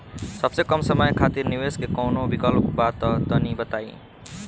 सबसे कम समय खातिर निवेश के कौनो विकल्प बा त तनि बताई?